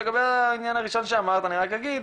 לגבי העניין הראשון שאמרת, אני רק אגיד,